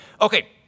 Okay